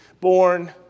born